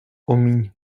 omiń